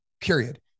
period